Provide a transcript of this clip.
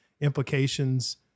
implications